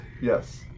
Yes